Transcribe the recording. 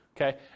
Okay